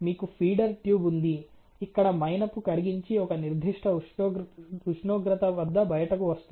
మీకు feeder tube ఉంది ఇక్కడ మైనపు కరిగించి ఒక నిర్దిష్ట ఉష్ణోగ్రత వద్ద బయటకు వస్తుంది